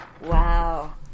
Wow